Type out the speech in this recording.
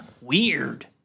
Weird